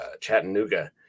Chattanooga